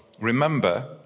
Remember